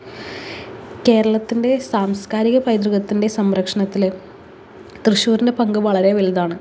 കേരളത്തിൻ്റെ സാംസ്കാരിക പൈതൃകത്തിൻ്റെ സംരക്ഷണത്തിൽ തൃശൂരിൻ്റെ പങ്ക് വളരെ വലുതാണ്